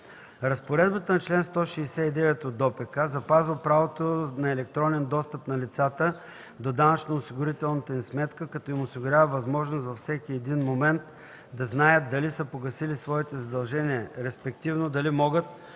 процесуален кодекс запазва правото на електронен достъп на лицата до данъчно-осигурителната им сметка, като им осигурява възможност във всеки един момент да знаят дали са погасили своите задължения, респективно дали могат